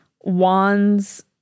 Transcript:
wands